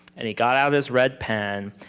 and he got out his red pen,